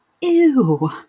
Ew